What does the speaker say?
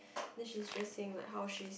then she's just saying like how she's